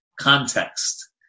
context